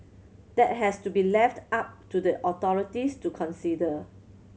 that has to be left up to the authorities to consider